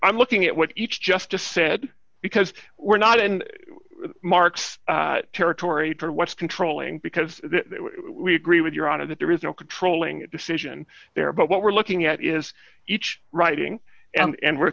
i'm looking at what each just just said because we're not in mark's territory or what's controlling because we agree with your honor that there is no controlling decision there but what we're looking at is each writing and we're